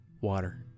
water